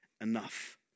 enough